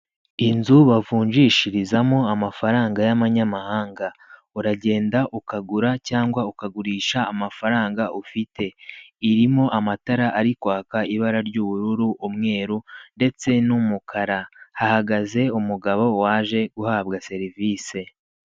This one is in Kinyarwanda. Inzu bavunjishirizamo amafaranga y'amanyamahanga, uragenda ukagura cyangwa ukagurisha amafaranga ufite, irimo amatara ari kwaka ibara ry'ubururu umweru ndetse n'umukara, hahagaze umugabo waje guhabwa serivise.